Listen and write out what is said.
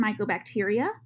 mycobacteria